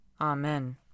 Amen